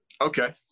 Okay